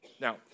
Now